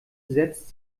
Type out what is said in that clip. setzt